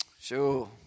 Sure